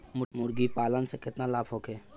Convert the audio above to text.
मुर्गीपालन से केतना लाभ होखे?